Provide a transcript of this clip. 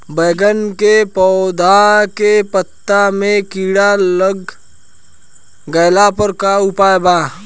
बैगन के पौधा के पत्ता मे कीड़ा लाग गैला पर का उपाय बा?